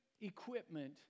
equipment